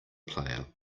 player